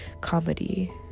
comedy